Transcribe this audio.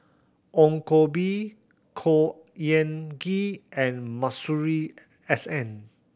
Ong Koh Bee Khor Ean Ghee and Masuri S N